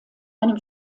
einem